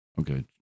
Okay